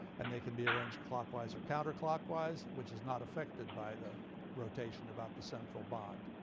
and they can be arranged clockwise or counterclockwise, which is not affected by the rotation about the central bond.